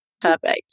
Perfect